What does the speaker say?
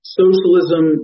socialism